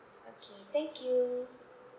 okay thank you